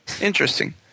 interesting